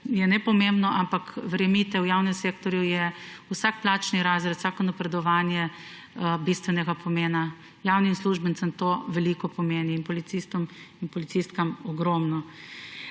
to nepomembno, ampak verjemite, v javnem sektorju je vsak plačni razred, vsako napredovanje bistvenega pomena. Javnim uslužbencem to veliko pomeni in ogromno policistom in policistkam. To so